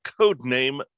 codename